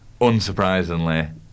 Unsurprisingly